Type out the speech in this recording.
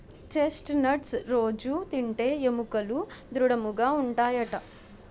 chest nuts రొజూ తింటే ఎముకలు దృడముగా ఉంటాయట